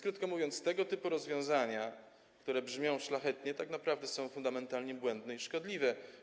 Krótko mówiąc, tego typu rozwiązania, które brzmią szlachetnie, tak naprawdę są fundamentalnie błędne i szkodliwe.